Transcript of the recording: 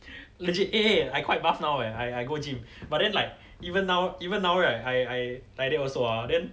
legit eh eh I quite buff now leh I I go gym but then like even now even now right I I like that also ah then